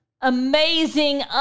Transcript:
amazing